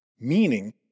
Meaning